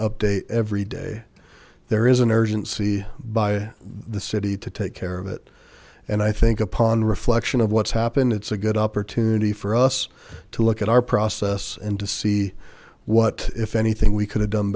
update every day there is an urgency by the city to take care of it and i think upon reflection of what's happened it's a good opportunity for us to look at our process and to see what if anything we could have done